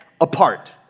apart